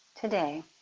today